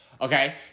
Okay